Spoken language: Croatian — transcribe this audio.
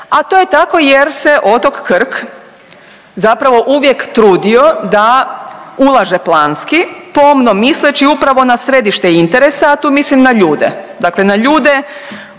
a to je tako jer se otok Krk zapravo uvijek trudio da ulaže planski pomno misleći upravo na središte interesa, a tu mislim na ljude, dakle na ljude